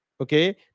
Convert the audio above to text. Okay